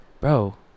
bro